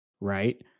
right